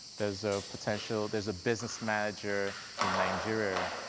there's a potential, there's a business manager in nigeria,